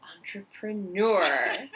entrepreneur